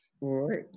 right